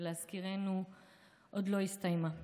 שלהזכירנו עוד לא הסתיימה: